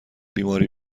بیماری